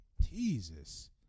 Jesus